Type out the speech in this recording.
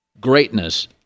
Greatness